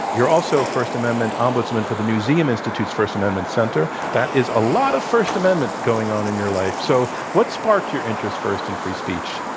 you're also first amendment ombudsman for the newseum institute first amendment center. that is a lot of first amendment going on in your life. so, what sparked your interest first in free speech?